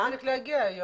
הזמינות שלנו מאוד גבוהה.